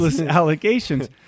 allegations